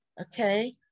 Okay